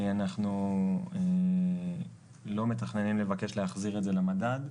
אנחנו לא מתכננים לבקש להחזיר את זה למדד,